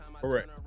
Correct